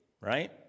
Right